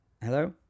hello